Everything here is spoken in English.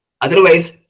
otherwise